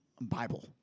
Bible